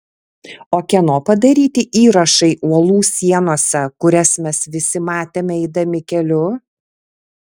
o kieno padaryti įrašai uolų sienose kurias mes visi matėme eidami keliu